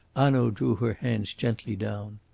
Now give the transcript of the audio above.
hanaud drew her hands gently down.